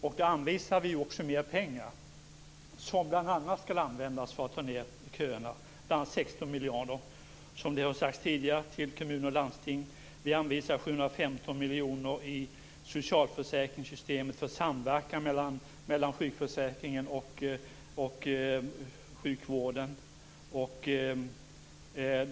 Då anvisar vi också mer pengar, som bl.a. skall användas för att minska köerna. Det är, som tidigare sagts, 16 miljarder till kommuner och landsting. Vi anvisar 715 miljoner i socialförsäkringssystemet för samverkan mellan sjukförsäkringen och sjukvården.